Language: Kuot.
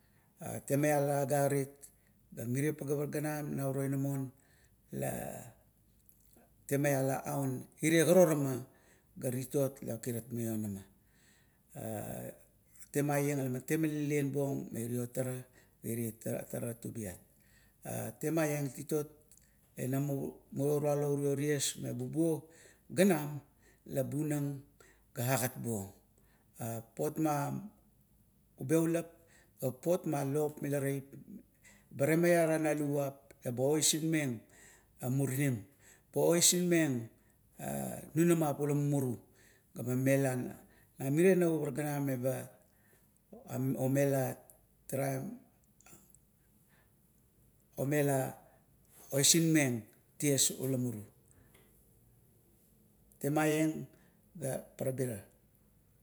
Temaiara agarit, ga mirie pagaep ganam na uiro inamon la temalia la aun ire karorama ga titot la maset maionama. A temaieng leman temamalian buong me iro tara, ga ire tara tubiat. Temaieng titot, la ina muruo tola urio ties me bubuo ganam la bunang ga agat buong. A papot ma kubiulap, ga papot ma lop mia taip, ba temaira na luvap ga oisinmeng murinim ga osing meng a nunamap ula mumuru, ga ba mela na mirer navup ganam meba omela raim omela pa osinmeng ties ula muru. Temaieng ga parabira.